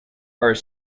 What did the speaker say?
are